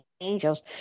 angels